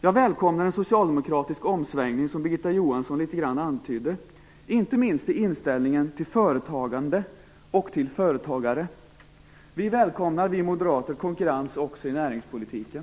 Jag välkomnar en socialdemokratisk omsvängning, som Birgitta Johansson antydde, inte minst i inställningen till företagande och företagare. Vi moderater välkomnar konkurrens också i näringspolitiken.